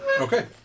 Okay